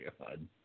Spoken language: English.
God